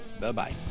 Bye-bye